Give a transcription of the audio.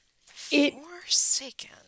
Forsaken